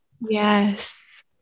Yes